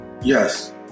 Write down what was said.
Yes